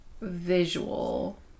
visual